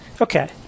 okay